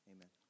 Amen